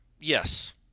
Yes